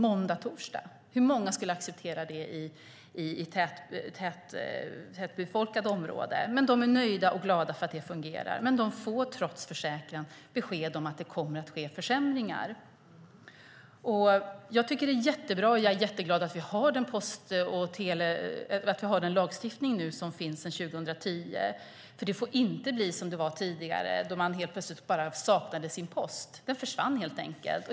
Måndag och torsdag, hur många skulle acceptera det i tätbefolkade områden? Men de är nöjda och glada för att det fungerar. Trots försäkran får de ändå besked om att det kommer att ske försämringar. Det är bra och jag är glad för att lagstiftningen finns, som trädde i kraft 2010. Det får inte bli som det var tidigare, då man helt plötsligt saknade sin post. Den försvann helt enkelt.